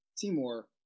Timor